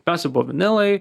pirmiausia buvo vinilai